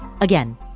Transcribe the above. Again